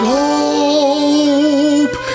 hope